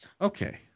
Okay